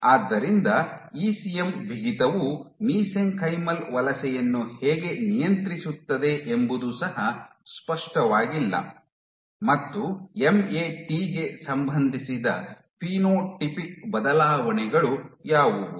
ಆದ್ದರಿಂದ ಇಸಿಎಂ ಬಿಗಿತವು ಮಿಸೆಂಕೈಮಲ್ ವಲಸೆಯನ್ನು ಹೇಗೆ ನಿಯಂತ್ರಿಸುತ್ತದೆ ಎಂಬುದು ಸಹ ಸ್ಪಷ್ಟವಾಗಿಲ್ಲ ಮತ್ತು ಎಂಎಟಿ ಗೆ ಸಂಬಂಧಿಸಿದ ಫಿನೋಟೈಪಿಕ್ ಬದಲಾವಣೆಗಳು ಯಾವುವು